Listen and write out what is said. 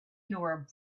nor